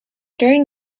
during